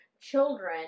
children